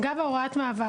אגב הוראת מעבר,